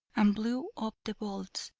and blew up the vaults.